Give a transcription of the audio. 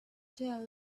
tell